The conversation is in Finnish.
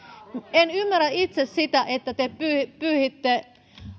en ymmärrä itse sitä että te te pyyhitte